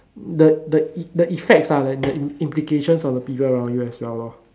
the the the effects are the implications of the people around you as well lor